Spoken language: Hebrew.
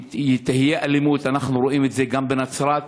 תהיה אלימות, אנחנו רואים את זה גם בנצרת,